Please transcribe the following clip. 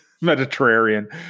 Mediterranean